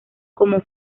como